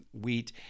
wheat